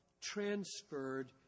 transferred